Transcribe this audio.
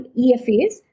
EFAs